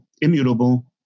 immutable